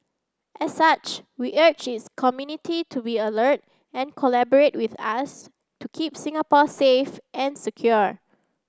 as such we urge is community to be alert and collaborate with us to keep Singapore safe and secure